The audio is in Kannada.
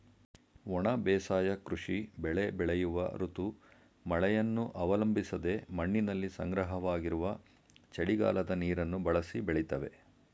ಒಣ ಬೇಸಾಯ ಕೃಷಿ ಬೆಳೆ ಬೆಳೆಯುವ ಋತು ಮಳೆಯನ್ನು ಅವಲಂಬಿಸದೆ ಮಣ್ಣಿನಲ್ಲಿ ಸಂಗ್ರಹವಾಗಿರುವ ಚಳಿಗಾಲದ ನೀರನ್ನು ಬಳಸಿ ಬೆಳಿತವೆ